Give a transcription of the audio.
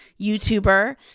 youtuber